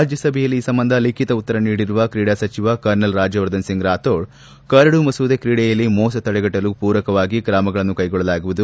ರಾಜ್ಜಸಭೆಯಲ್ಲಿ ಈ ಸಂಬಂಧ ಲಿಖಿತ ಉತ್ತರ ನೀಡಿರುವ ಕ್ರೀಡಾ ಸಚಿವ ಕರ್ನಲ್ ರಾಜ್ಯವರ್ಧನ್ ಸಿಂಗ್ ರಾಥೋಡ್ ಕರಡು ಮಸೂದೆ ಕ್ರೀಡೆಯಲ್ಲಿ ಮೋಸ ತಡೆಗಟ್ಟಲು ಪೂರಕವಾಗಿ ಕ್ರಮಗಳನ್ನು ಕೈಗೊಳ್ಳಲಾಗುವುದು